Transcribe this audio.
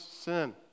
sin